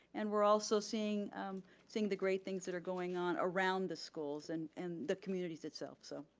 and we're also seeing seeing the great things that are going on around the schools and and the communities itself. so